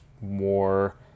more